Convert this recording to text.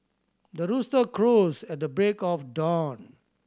the rooster crows at the break of dawn